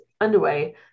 underway